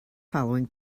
following